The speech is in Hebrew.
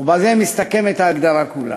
ובזה מסתכמת ההגדרה כולה.